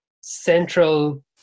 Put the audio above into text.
central